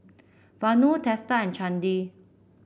Vanu Teesta and Chandi